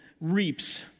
reaps